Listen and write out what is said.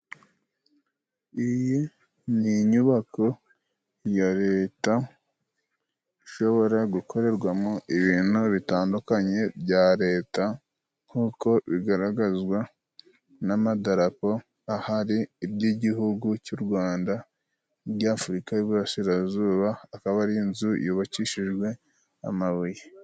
Iyi ni inyubako ya Leta ishobora gukorerwamo ibintu bitandukanye bya Leta. Nk'uko bigaragazwa n'amadarapo ahari, ry'igihugu cy'u Rwanda n'iry'Afurika y'uburasirazuba. Akaba ari inzu yubakishijwe amabuye.